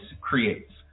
creates